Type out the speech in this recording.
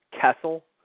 Kessel